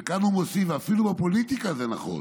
וכאן הוא מוסיף: "ואפילו בפוליטיקה זה נכון.